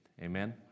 Amen